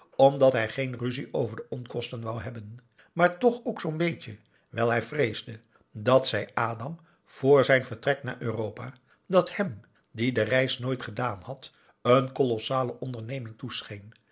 omdat hij geen ruzie over de onkosten wou hebben maar toch ook n beetje wijl hij vreesde dat zij adam vr zijn vertrek naar europa dat hem die de reis nooit gedaan had een kolossale onderneming